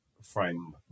frame